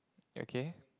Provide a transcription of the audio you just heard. okay